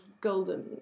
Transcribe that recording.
golden